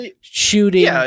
shooting